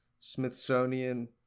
smithsonian